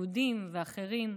יהודים ואחרים.